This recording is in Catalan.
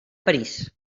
parís